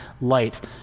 light